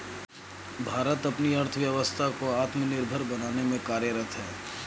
भारत अपनी अर्थव्यवस्था को आत्मनिर्भर बनाने में कार्यरत है